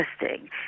interesting